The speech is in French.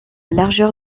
largeur